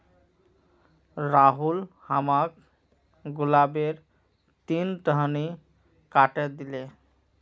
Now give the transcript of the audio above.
राहुल हमाक गुलाबेर तीन टहनी काटे दिले